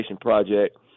project